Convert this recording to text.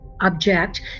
object